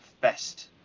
best